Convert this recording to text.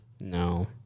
No